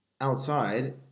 Outside